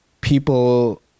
people